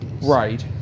Right